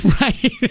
Right